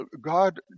God